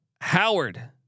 Howard